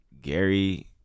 Gary